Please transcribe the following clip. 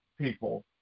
people